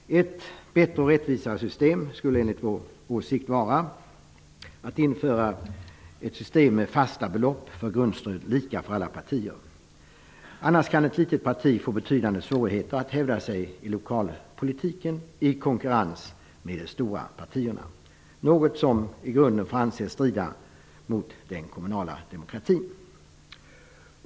Ett bättre och rättvisare system skulle enligt vår mening vara att införa ett system med fasta belopp för grundstöd, lika för alla partier. Annars kan ett litet parti få betydande svårigheter att hävda sig i lokalpolitiken i konkurrens med de stora partierna, vilket är något som i grunden får anses strida mot den kommunala demokratin.